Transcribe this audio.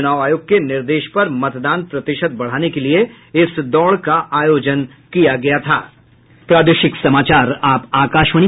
चुनाव आयोग के निर्देश पर मतदान प्रतिशत बढ़ाने के लिए दौड़ का आयोजित की गयी थी